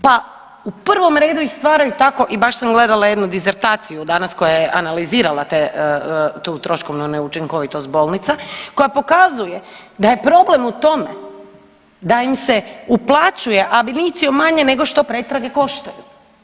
Pa u prvom redu ih stvaraju tako i baš sam gledala jednu dizertaciju danas koja je analizirala tu troškovnu neučinkovitost bolnica, koja pokazuje da je problem u tome da im se uplaćuje … [[Govornica se ne razumije.]] manje nego što pretrage koštaju.